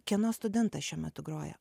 kieno studentas šiuo metu groja